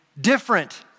different